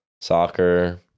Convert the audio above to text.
soccer